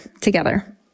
together